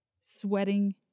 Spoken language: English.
sweating